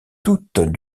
toutes